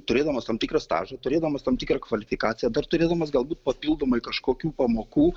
turėdamas tam tikrą stažą turėdamas tam tikrą kvalifikaciją dar turėdamas galbūt papildomai kažkokių pamokų